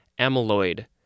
amyloid